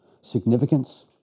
significance